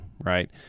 right